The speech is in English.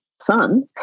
son